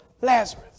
Lazarus